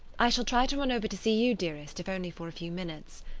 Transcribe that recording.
i shall try to run over to see you, dearest, if only for a few minutes.